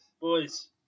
Boys